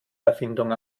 erfindung